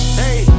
hey